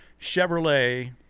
Chevrolet